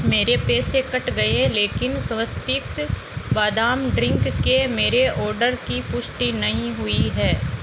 मेरे पैसे कट गए लेकिन स्वस्तिक्स बादाम ड्रिंक के मेरे ऑर्डर की पुष्टि नहीं हुई है